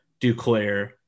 Duclair